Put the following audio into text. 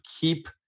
keep